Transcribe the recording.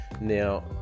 Now